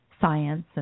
science